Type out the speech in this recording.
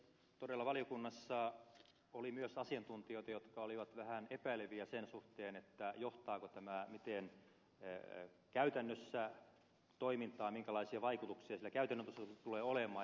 todella valiokunnassa oli myös asiantuntijoita jotka olivat vähän epäileviä sen suhteen johtaako tämä käytännössä toimintaan minkälaisia vaikutuksia sillä käytännön osalta tulee olemaan